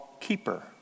keeper